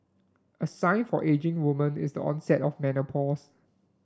a sign for ageing woman is the onset of menopause